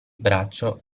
braccio